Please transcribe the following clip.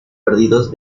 perdidos